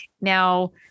Now